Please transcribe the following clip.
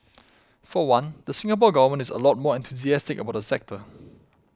for one the Singapore Government is a lot more enthusiastic about the sector